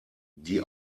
die